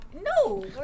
No